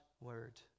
word